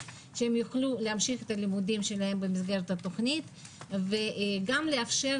שיוכלו להמשיך את הלימודים שלהם במסגרת התוכנית וגם לאפשר